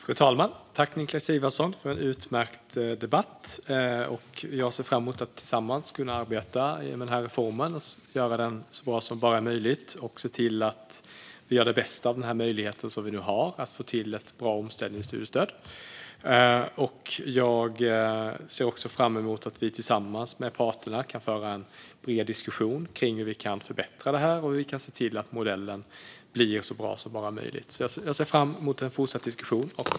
Fru talman! Tack, Niklas Sigvardsson, för en utmärkt debatt! Jag ser fram emot att tillsammans kunna arbeta med den här reformen och göra den så bra som det bara är möjligt. Det gäller att vi ser till att göra det bästa av möjligheten vi nu har att få till ett bra omställningsstudiestöd. Jag ser också fram emot att vi tillsammans med parterna kan föra en bred diskussion om hur vi kan förbättra det och se till att modellen blir så bra som det bara är möjligt. Jag ser fram emot en fortsatt diskussion.